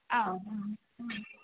ಹಾಂ